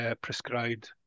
prescribed